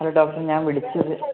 hello doctor ഞാൻ വിളിച്ചത്